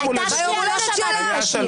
כי היא אומרת את האמת?